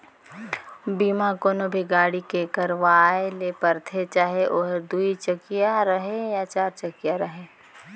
बीमा कोनो भी गाड़ी के करवाये ले परथे चाहे ओहर दुई चकिया रहें या चार चकिया रहें